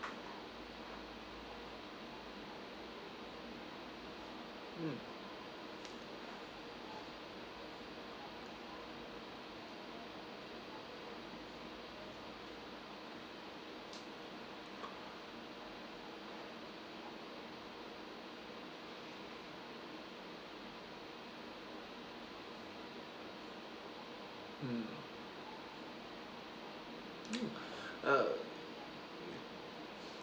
mm mm mm uh